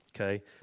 okay